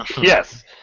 Yes